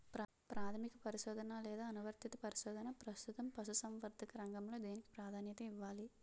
ప్రాథమిక పరిశోధన లేదా అనువర్తిత పరిశోధన? ప్రస్తుతం పశుసంవర్ధక రంగంలో దేనికి ప్రాధాన్యత ఇవ్వాలి?